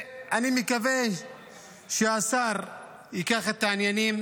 אני מקווה שהשר ייקח את העניינים